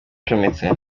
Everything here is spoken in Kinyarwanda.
icometse